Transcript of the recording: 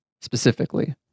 Specifically